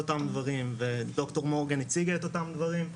אותם דברים וד"ר מורגן הציגה את הדברים,